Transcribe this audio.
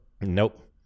nope